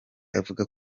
avuga